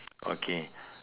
okay